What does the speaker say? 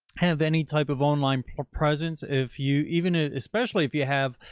have any type of online presence, if you even, ah especially if you have